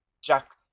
Jack